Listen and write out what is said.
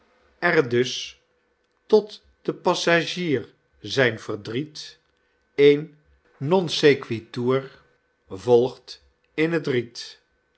er dus tot den passagier zijn verdriet een non sequitur volgt in t riet